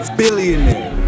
billionaire